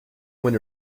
when